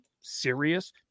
serious